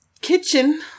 kitchen